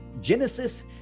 Genesis